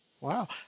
Wow